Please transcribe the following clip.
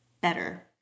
better